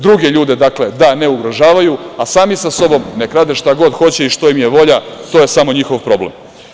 Druge ljude, dakle, da ne ugrožavaju, a sami sa sobom nek rade šta god hoće i što im je volja, to je samo njihov problem.